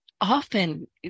often